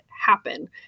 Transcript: happen